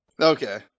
Okay